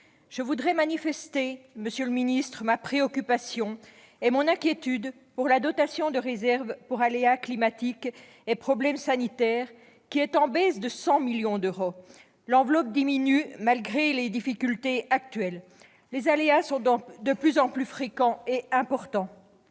je voudrais manifester ma préoccupation et mon inquiétude pour la dotation de réserve pour aléas climatiques et problèmes sanitaires, qui est en baisse de 100 millions d'euros. L'enveloppe diminue malgré les difficultés actuelles. Les aléas sont de plus en plus fréquents et importants